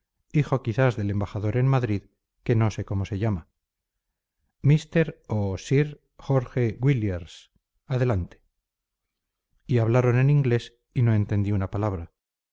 hijo quizás del embajador en madrid que no sé cómo se llama mister o sir jorge williers adelante y hablaron en inglés y no entendí una palabra